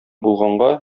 булганга